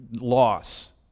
loss